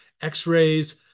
x-rays